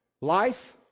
life